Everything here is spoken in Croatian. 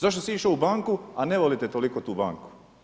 Zašto si išao u banku, a ne volite toliko tu banku?